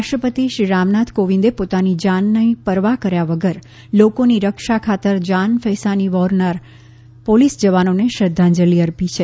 રાષ્ટ્રપતિ રામનાથ કોવિંદે પોતાના જાનની પરવા કર્યા વગર લોકોની રક્ષા ખાતર જાન ફેસાની વ્હોરનારા પોલીસ જવાનોને શ્રદ્ધાંજલિ અર્પી છે